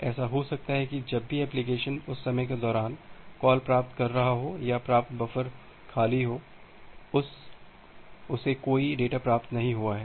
ऐसा हो सकता है कि जब भी एप्लिकेशन उस समय के दौरान कॉल प्राप्त कर रहा हो यह प्राप्त बफर खाली हो उसे कोई डेटा प्राप्त नहीं हुआ है